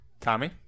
Tommy